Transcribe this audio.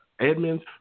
Edmonds